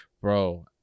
Bro